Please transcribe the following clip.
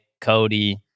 Cody